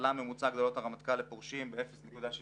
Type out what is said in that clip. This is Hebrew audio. עלה ממוצא הגדלות הרמטכ"ל לפורשים ב-0.73%.